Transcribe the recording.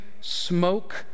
smoke